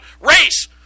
race